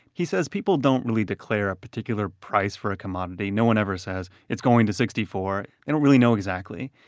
he says people don't really declare a particular price for a commodity. no one ever says it's going to sixty four. they don't really know exactly,